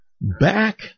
Back